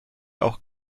auch